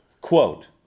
Quote